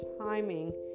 timing